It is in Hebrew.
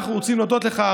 אנחנו רוצים להודות לך,